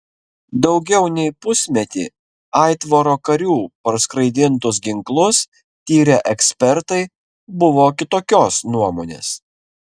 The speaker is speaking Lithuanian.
daugiau nei pusmetį aitvaro karių parskraidintus ginklus tyrę ekspertai buvo kitokios nuomonės